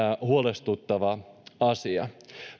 huolestuttava asia